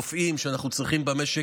רופאים שאנחנו צריכים במשק,